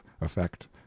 effect